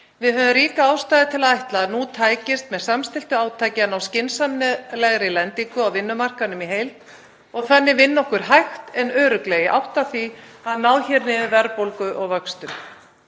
Við höfðum ríka ástæðu til að ætla að nú tækist með samstilltu átaki að ná skynsamlegri lendingu á vinnumarkaðnum í heild og þannig vinna okkur hægt en örugglega í átt að því að ná niður verðbólgu og vöxtum.